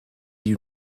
you